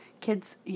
kids